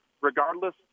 regardless